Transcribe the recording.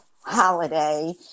holiday